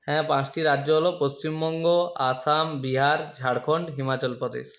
হ্যাঁ পাঁসটি রাজ্য হল পশ্চিমবঙ্গ আসাম বিহার ঝাড়খণ্ড হিমাচলপ্রদেশ